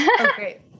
Okay